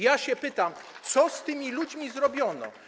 Ja pytam: Co z tymi ludźmi zrobiono?